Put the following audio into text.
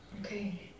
Okay